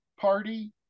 party